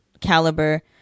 caliber